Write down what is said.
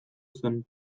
zen